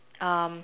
um